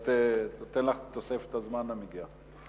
ואני אתן לך את תוספת הזמן המגיעה לך.